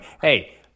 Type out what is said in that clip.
Hey